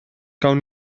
gawn